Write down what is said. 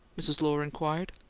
mrs. lohr inquired.